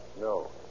No